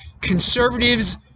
conservatives